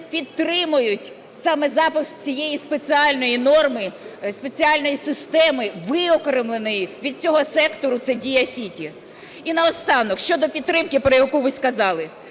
підтримують саме запуск цієї спеціальної норми, спеціальної системи, виокремленої від цього сектору – це "Дія Сіті". І на останок щодо підтримки, про яку ви сказали.